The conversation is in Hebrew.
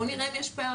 בואו נראה אם יש פערים.